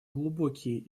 глубокие